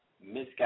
misguided